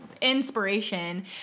inspiration